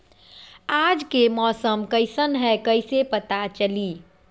आज के मौसम कईसन हैं कईसे पता चली?